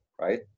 right